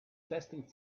testing